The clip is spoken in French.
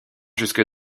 jusque